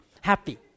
Happy